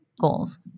goals